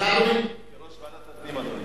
כיושב-ראש ועדת הפנים, אדוני.